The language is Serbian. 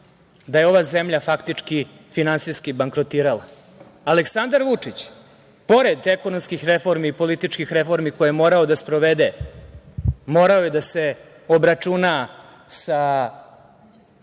da je ova zemlji faktički finansijski bankrotirala. Aleksandar Vučić pored ekonomskih i političkih reformi, koje je morao da sprovede, morao je da se obračuna sa